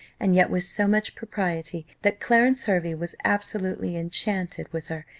and yet with so much propriety, that clarence hervey was absolutely enchanted with her,